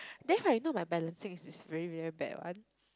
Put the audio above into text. then right you know my balancing is is very very bad one